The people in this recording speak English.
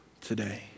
today